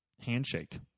handshake